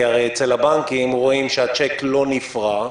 כי הרי אצל הבנקים רואים שהצ'ק לא נפרע,